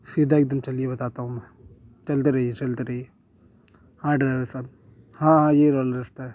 سیدھا ایک دم چلیے بتاتا ہوں میں چلتے رہیے چلتے رہیے ہاں ڈرائیو صاحب ہاں ہاں یہ والا رستہ ہے